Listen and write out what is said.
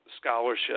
scholarship